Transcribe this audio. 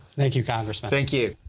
thank you congressman. thank you.